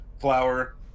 flour